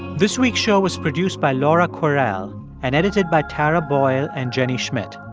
this week's show was produced by laura kwerel and edited by tara boyle and jenny schmidt.